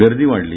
गर्दी वाढली